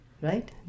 right